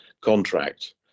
contract